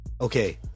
Okay